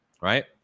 Right